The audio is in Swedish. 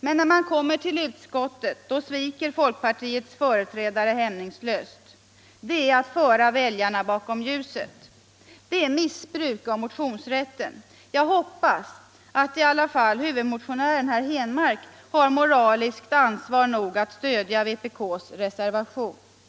Men när man kommer till utskottet, sviker folkpartiets företrädare hämningslöst. Det är att föra väljarna bakom ljuset. Det är missbruk av motionsrätten. Jag hoppas att i alla fall huvudmotionären herr Henmark har moraliskt ansvar nog att stödja vpk:s reservation.